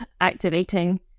activating